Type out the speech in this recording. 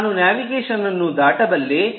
ನಾನು ನ್ಯಾವಿಗೇಷನ್ ಅನ್ನು ದಾಟಬಲ್ಲೆ